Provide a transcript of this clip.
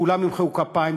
כולם ימחאו כפיים.